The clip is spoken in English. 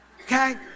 Okay